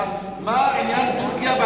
אני יודע.